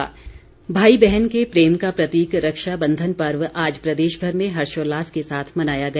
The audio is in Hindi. रक्षाबंधन भाई बहन के प्रेम का प्रतीक रक्षा बंधन पर्व आज प्रदेश भर में हर्षोल्लास के साथ मनाया गया